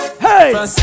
Hey